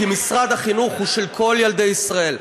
כי משרד החינוך הוא של כל ילדי ישראל,